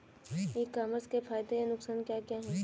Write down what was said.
ई commerce के फायदे या नुकसान क्या क्या हैं?